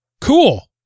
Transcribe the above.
Cool